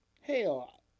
hell